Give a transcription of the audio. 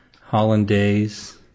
Hollandaise